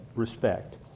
respect